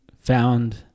found